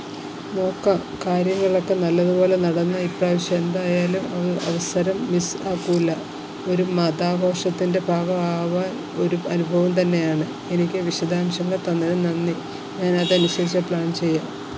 നോക്കാം കാര്യങ്ങൾ ഒക്കെ നല്ലതുപോലെ നടന്നാൽ ഇപ്രാവശ്യം എന്തായാലും അവസരം മിസ് ആക്കില്ല ഒരു മതാഘോഷത്തിൻ്റെ ഭാഗം ആവാന് ഒരു അനുഭവം തന്നെയാണ് എനിക്ക് വിശദാംശങ്ങൾ തന്നതിന് നന്ദി ഞാൻ അതനുസരിച്ച് പ്ലാൻ ചെയ്യാം